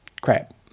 crap